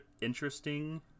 interesting